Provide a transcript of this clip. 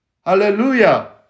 Hallelujah